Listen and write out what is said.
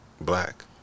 Black